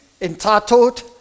entitled